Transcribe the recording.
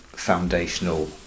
Foundational